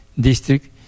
District